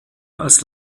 als